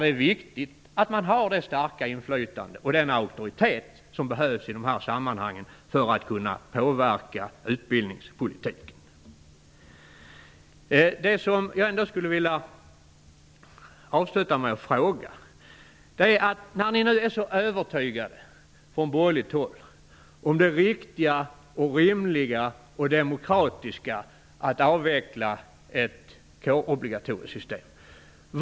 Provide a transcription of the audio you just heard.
Det är viktigt att man har det starka inflytande och den auktoritet som behövs i dessa sammanhang för att kunna påverka utbildningspolitiken. Jag skulle vilja avsluta med några frågor. Ni från borgerligt håll är så övertygade om det riktiga, rimliga och demokratiska i att avveckla ett system med ett kårobligatorium.